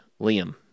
Liam